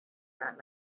that